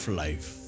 life